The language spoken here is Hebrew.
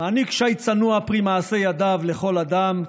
מעניק שי צנוע פרי מעשה ידיו לכל אדם,